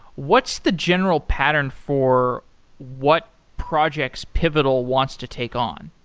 what's the general pattern for what projects pivotal wants to take on?